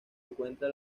encuentra